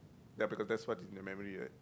ya because that's what's in your memory right